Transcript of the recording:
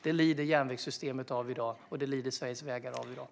Det lider järnvägssystemet och Sveriges vägar av i dag.